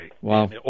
Wow